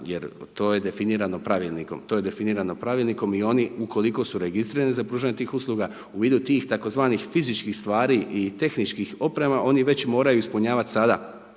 to je definirano pravilnikom i oni ukoliko su registrirani za pružanje tih usluga u vidu tih tzv. fizičkih stvari i tehničkih oprema oni već moraju ispunjavati sada,